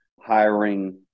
hiring